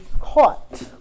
caught